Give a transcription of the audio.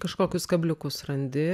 kažkokius kabliukus randi